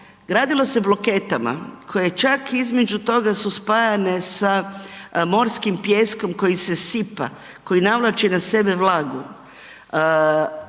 gradilo se bloketama koje čak između toga su spajane sa morskim pijeskom koji se sipa, koji navlači na sebe vlagu.